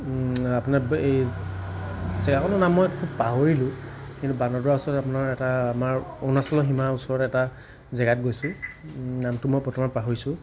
আপোনাৰ এই জেগাকনৰ নাম মই পাহৰিলোঁ কিন্তু বান্দৰদোৱা ওচৰত আপোনাৰ এটা আমাৰ অৰুণাচলৰ সীমাৰ ওচৰত এটা জেগাত গৈছোঁ নামটো মই বৰ্তমান পাহৰিছোঁ